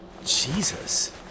Jesus